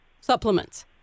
supplements